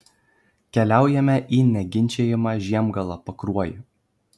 keliaujame į neginčijamą žiemgalą pakruojį